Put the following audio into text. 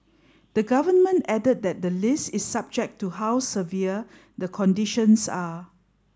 the Government added that the list is subject to how severe the conditions are